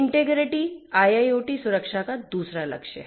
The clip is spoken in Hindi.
इंटीग्रिटी IIoT सुरक्षा का दूसरा लक्ष्य है